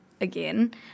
again